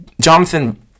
Jonathan